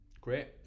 great